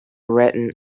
written